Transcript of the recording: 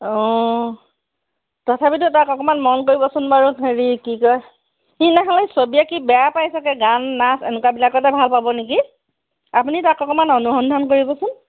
অঁ তথাপিটো তাক অকণমান কৰিবচোন বাৰু হেৰি কি কয় সি নহ'লে ছবি আঁকি বেয়া পায় চাগে গান নাচ এনেকুৱাবিলাকতে ভাল পাব নেকি আপুনি তাক অকণমান অনুসন্ধান কৰিবচোন